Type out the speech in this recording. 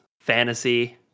fantasy